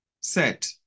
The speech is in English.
set